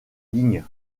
ligne